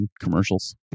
commercials